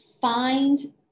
find